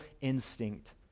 instinct